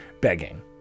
begging